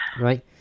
right